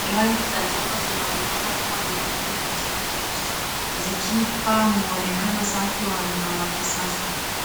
Rangi za jengo zinaonekana kuwa nyeupe na kijani kibichi zikipa muonekano safi na wa